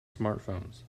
smartphones